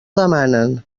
demanen